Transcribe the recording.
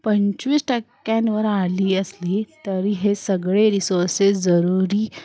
पंचवीस टक्क्यांवर आली असली तरी हे सगळे रिसोर्सेस जरुरी